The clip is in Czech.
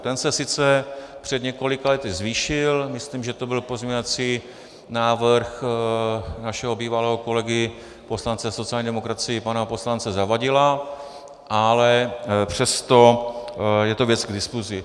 Ten se sice před několika lety zvýšil, myslím, že to byl pozměňovací návrh našeho bývalého kolegy, poslance sociální demokracie, poslance Zavadila, ale přesto je to věc k diskusi.